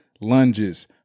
lunges